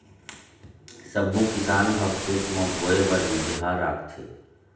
सब्बो किसान ह खेत म बोए बर बिजहा राखथे